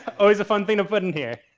always a fun thing of put in here.